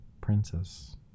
princess